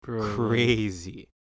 crazy